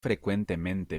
frecuentemente